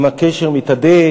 אם הקשר מתהדק,